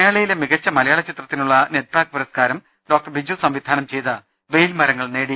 മേളയിലെ മികച്ച മലയാള ചിത്രത്തിനുള്ള നെറ്റ്പാക് പുരസ്കാരം ഡോക്ടർ ബിജു സംവിധാനം ചെയ്ത വെയിൽമരങ്ങൾ നേടി